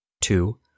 Two